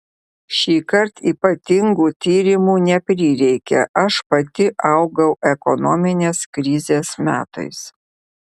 šįkart ypatingų tyrimų neprireikė aš pati augau ekonominės krizės metais